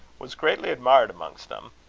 was greatly admired amongst them,